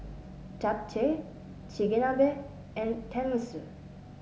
Japchae Chigenabe and Tenmusu